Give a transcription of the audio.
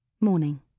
Morning